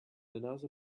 another